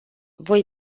voi